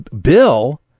bill